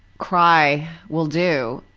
cry will do.